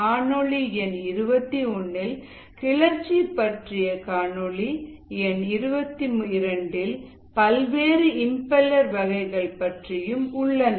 காணொளி எண் 21 இல் கிளர்ச்சி பற்றியும் காணொளி எண்22 இல் பல்வேறு இம்பெலர் வகைகள் பற்றியும் உள்ளன